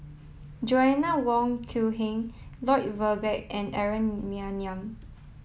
Joanna Wong Quee Heng Lloyd Valberg and Aaron Maniam